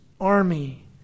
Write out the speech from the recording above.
army